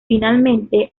finalmente